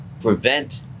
prevent